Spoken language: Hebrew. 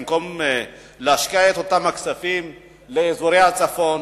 במקום להשקיע את אותם הכספים באזורי הצפון,